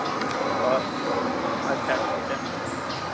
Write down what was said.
ᱚ ᱟᱪᱪᱷᱟ ᱟᱪᱪᱷᱟ